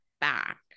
back